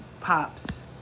pops